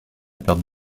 perdre